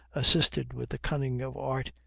assisted with the cunning of art,